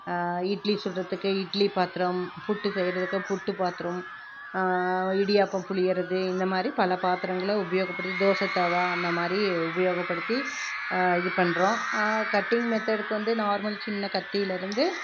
இட்லி சுடுறதுக்கு இட்லி பாத்திரம் புட்டு செய்கிறதுக்கு புட்டு பாத்தரம் இடியாப்பம் புழிகிறது இந்த மாதிரி பல பாத்திரங்கள் உபயோகப்படுது தோசை தவா அந்த மாதிரி உபயோகப்படுத்தி இது பண்ணுறோம் கட்டிங் மெத்தடுக்கு வந்து நார்மல் சின்ன கத்தியில் இருந்து